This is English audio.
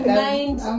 mind